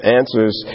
answers